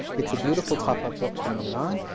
it's a beautiful pop-up book from iran.